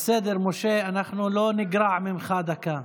זה בעוד שעה, אני הולך לתקוף.